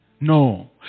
No